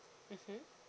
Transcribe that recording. mmhmm